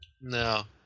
No